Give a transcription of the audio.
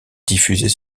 diffusées